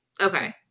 Okay